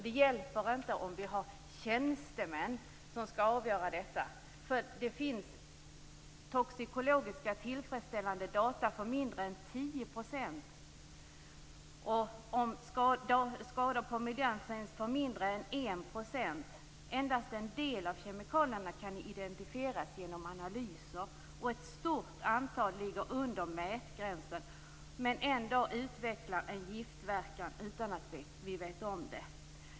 Det hjälper inte om vi har tjänstemän som skall avgöra detta. Det finns tillfredsställande toxikologiska data för mindre än 10 % och om skador på miljön för mindre än 1 %. Endast en del av kemikalierna kan identifieras genom analyser, och ett stort antal ligger under mätgränsen men kan utveckla en giftverkan utan att vi vet om det.